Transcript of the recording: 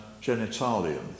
genitalium